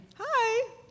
Hi